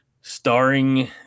starring